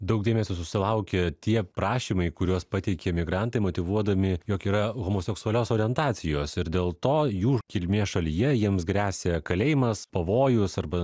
daug dėmesio susilaukė tie prašymai kuriuos pateikė migrantai motyvuodami jog yra homoseksualios orientacijos ir dėl to jų kilmės šalyje jiems gresia kalėjimas pavojus arba